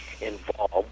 involved